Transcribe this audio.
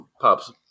pops